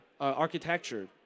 architecture